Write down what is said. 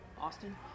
Austin